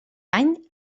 any